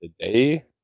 today